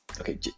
Okay